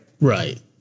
Right